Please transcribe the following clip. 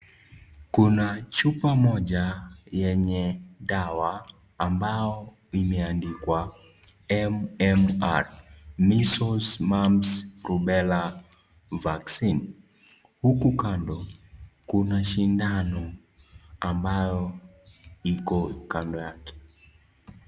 Kuna chupa moja yenye dawa ambao imeandikwa " MMR, Measles, Mumps Rubella Vaccine ". Huku kando kuna sindano ambayo iko kando yake.